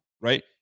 right